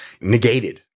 negated